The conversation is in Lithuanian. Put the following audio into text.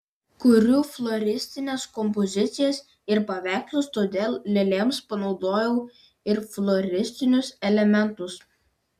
kuriu floristines kompozicijas ir paveikslus todėl lėlėms panaudojau ir floristinius elementus